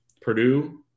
Purdue